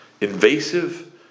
invasive